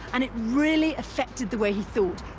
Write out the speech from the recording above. and it really affected the way he thought.